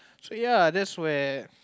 so ya that's where